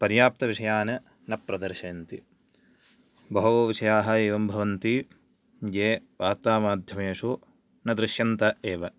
पर्याप्तविषयान् न प्रदर्शयन्ति बहवो विषयाः एवं भवन्ति ये वार्तामाध्यमेशु ना दृश्यन्त एव